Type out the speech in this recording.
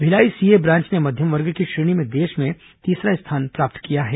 Bhilai CA branch ने मध्यम वर्ग की श्रेणी में देश में तीसरा स्थान हासिल किया है